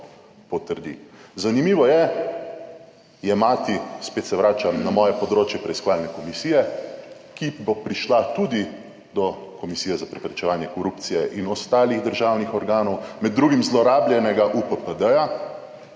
Zanimivo je jemati, spet se vračam na moje področje, preiskovalne komisije, ki bo prišla tudi do Komisije za preprečevanje korupcije in ostalih državnih organov, med drugim zlorabljenega UPPD.